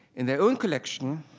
in their own collection,